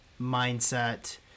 mindset